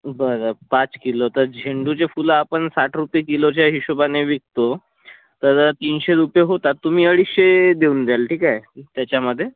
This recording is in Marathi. बरं पाच किलो तर झेंडूची फुलं आपण साठ रुपये किलोच्या हिशोबाने विकतो तर तीनशे रुपये होतात तुम्ही अडीचशे देऊन द्याल ठीक आहे त्याच्यामधे